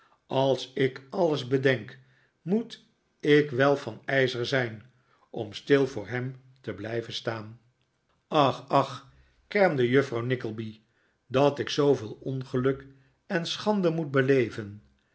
als ik alles bedenk moet ik wel van ijzer zijn om stil voor hem te blijven staan ach ach kermde juffrouw nickleby dat ik zooveel ongeluk en schande moet beleven